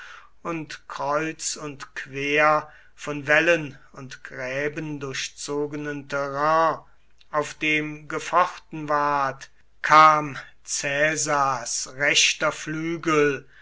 und kreuz und quer von wällen und gräben durchzogenen terrain auf dem gefochten ward kam caesars rechter flügel